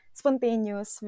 spontaneous